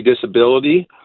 disability